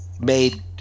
made